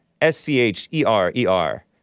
S-C-H-E-R-E-R